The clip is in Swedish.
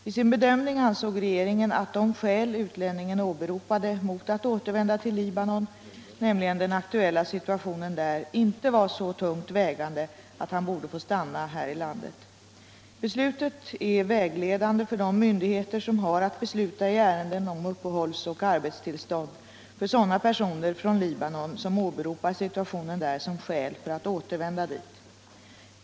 Vid sin bedömning ansåg regeringen, att de skäl utlänningen åberopade mot att återvända till Libanon — nämligen den aktuella situationen där - inte var så tungt vägande att han borde få stanna här i landet. Beslutet är vägledande för de myndigheter som har att besluta i ärenden om uppehålls och arbetstillstånd för sådana personer från Libanon som åberopar situationen där som skäl mot att återvända dit.